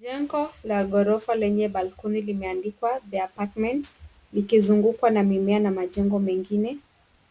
Jengo la ghorofa lenye balkoni limeandikwa the apartment likizungukwa na mimea na majengo mengine.